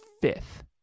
fifth